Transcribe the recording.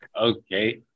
Okay